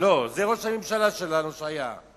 לא, זה ראש הממשלה שלנו שהיה.